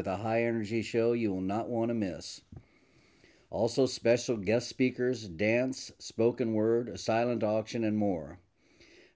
with a higher z show you will not want to miss also special guest speakers dance spoken word a silent auction and more